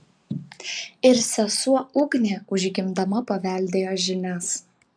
ir sesuo ugnė užgimdama paveldėjo žinias